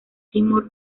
timor